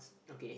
okay